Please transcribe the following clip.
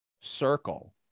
circle